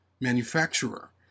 manufacturer